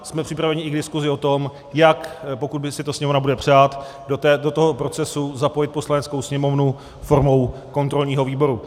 Jsme připraveni i k diskuzi o tom, jak, pokud si to Sněmovna bude přát, do toho procesu zapojit Poslaneckou sněmovnu formou kontrolního výboru.